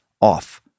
off